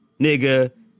nigga